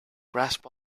grasp